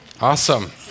Awesome